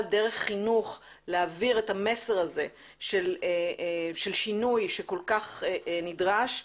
דרך חינוך להעביר את המסר הזה של שינוי שכל כך נדרש.